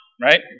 right